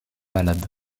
malade